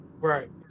Right